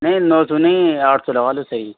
نہیں نو سو نہیں آٹھ سو لگا لو صحیح